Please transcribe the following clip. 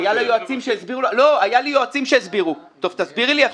היו יועצים שהסבירו לי.